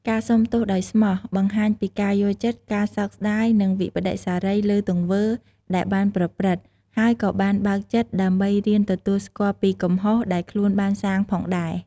ការសូមទោសដោយស្មោះ បង្ហាញពីការយល់ចិត្ត ការសោកស្តាយ និងវិប្បដិសារីលើទង្វើ ដែលបានប្រព្រឹត្ត ហើយក៏បានបើកចិត្តដើម្បីរៀនទទួលស្គាល់ពីកំហុសដែលខ្លួនបានសាងផងដែរ។